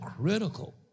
critical